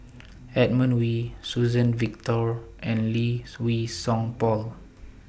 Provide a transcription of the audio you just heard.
Edmund Wee Suzann Victor and Lee Wei Song Paul